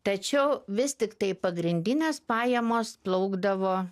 tačiau vis tiktai pagrindinės pajamos plaukdavo